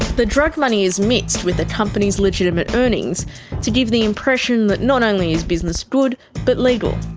the drug money is mixed with the company's legitimate earnings to give the impression that not only is business good, but legal.